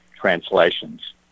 translations